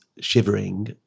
shivering